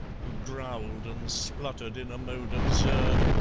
who growled and spluttered in a mode absurd,